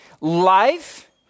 life